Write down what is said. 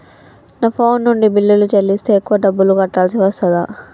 నా ఫోన్ నుండి బిల్లులు చెల్లిస్తే ఎక్కువ డబ్బులు కట్టాల్సి వస్తదా?